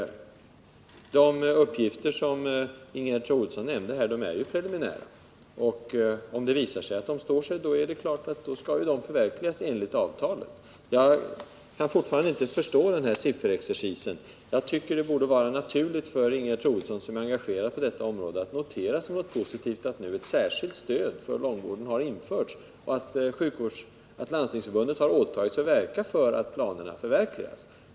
De uppgifter som Ingegerd Troedsson nämnde här är ju preliminära, men om det visar sig att de står sig är det klart att de skall förverkligas enligt avtalet. Jag kan inte förstå den här sifferexercisen. Jag tycker att det borde ha varit naturligt för Ingegerd Troedsson, som är engagerad på detta område, att se det som positivt att ett särskilt stöd för långvården nu har införts och att Landstingsförbundet har åtagit sig att verka för att planerna förverkligas.